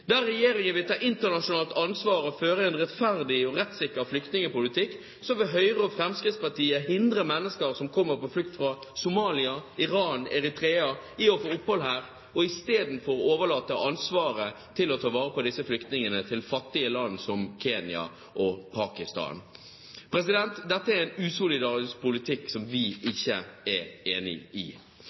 Der regjeringen vil ta internasjonalt ansvar og føre en rettferdig og rettssikker flyktningpolitikk, vil Høyre og Fremskrittspartiet hindre mennesker som kommer på flukt fra Somalia, Iran og Eritrea, i å få opphold her og i stedet overlate ansvaret for å ta vare på disse flyktningene til fattige land som Kenya og Pakistan. Dette er usolidarisk politikk som vi ikke er enig i.